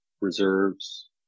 Reserves